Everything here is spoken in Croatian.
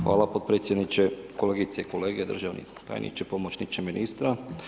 Hvala potpredsjedniče, kolegice i kolege, državni tajniče, pomoćniče ministra.